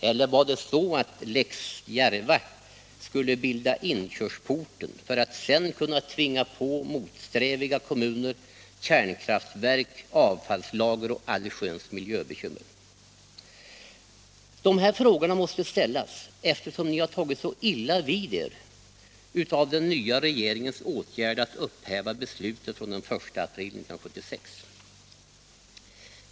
Eller var det så att lex Järva skulle bilda inkörsporten för att sedan kunna tvinga på motsträviga kommuner kärnkraftverk, avfallslager och allsköns miljöbekymmer? Dessa frågor måste ställas, eftersom ni tagit så illa vid er av den nya regeringens åtgärd att upphäva beslutet från den 1 april 1976.